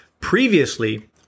Previously